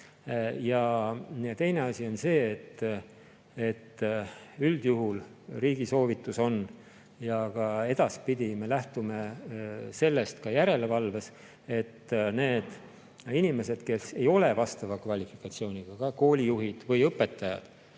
Ja teine asi on see, et üldjuhul riigi soovitus on – ja edaspidi me lähtume sellest ka järelevalves –, et need inimesed, kes ei ole vastava kvalifikatsiooniga, ka koolijuhid või õpetajad,